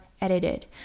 edited